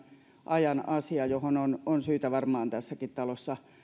ajan asia johon on on syytä varmaan tässäkin talossa